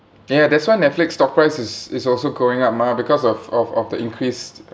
ya that's why netflix stock price is is also going up mah because of of of the increased